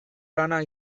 lana